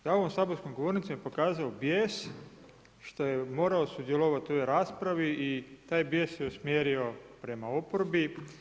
Za ovom saborskom govornicom je pokazao bijes, što je morao sudjelovati u toj raspravi i taj bijes je usmjerio prema oporbi.